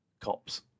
Cops